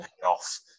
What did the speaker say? payoff